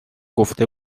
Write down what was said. گفته